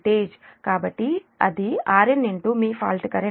కాబట్టి అది Rn మీ ఫాల్ట్ కరెంట్